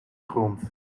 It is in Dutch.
grond